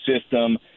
system